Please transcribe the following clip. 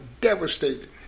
devastated